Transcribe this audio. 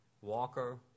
Walker